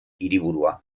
hiriburua